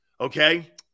Okay